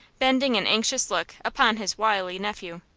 bending an anxious look upon his wily nephew.